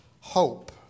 Hope